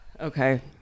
Okay